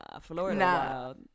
florida